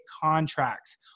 contracts